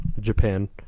Japan